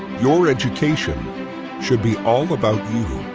your education should be all about you.